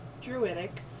druidic